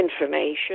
information